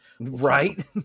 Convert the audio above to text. Right